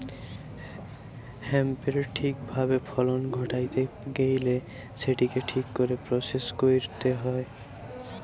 হেম্পের ঠিক ভাবে ফলন ঘটাইতে গেইলে সেটিকে ঠিক করে প্রসেস কইরতে হবে